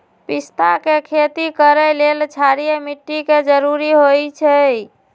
पिस्ता के खेती करय लेल क्षारीय माटी के जरूरी होई छै